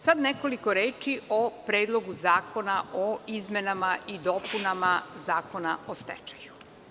Sada nekoliko reči o Predlogu zakona o izmenama i dopunama Zakona o stečaju.